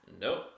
nope